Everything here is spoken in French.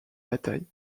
batailles